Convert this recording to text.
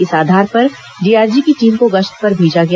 इस आधार पर डीआरजी की टीम को गश्त पर भेजा गया